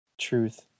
Truth